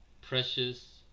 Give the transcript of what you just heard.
precious